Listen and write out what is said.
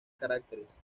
caracteres